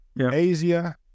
Asia